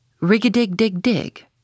Rig-a-dig-dig-dig